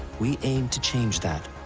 we aim to change that.